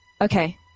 Okay